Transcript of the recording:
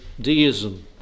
deism